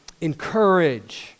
encourage